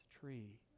tree